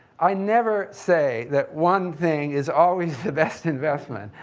i never say that one thing is always the best investment.